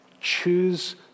choose